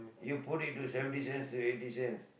you put into seventy cents to eighty cents